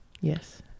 Yes